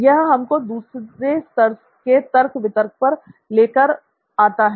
यह हमको दूसरे स्तर के तर्क वितर्क पर लेकर आता है